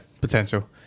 potential